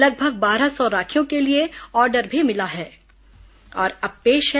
लगभग बारह सौ राखियों के लिए आर्डर भी मिला चुका है